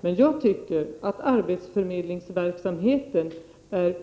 Men jag tycker att arbetsförmedlingsverksamheten är